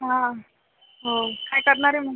हा हो काय करणार आहे मग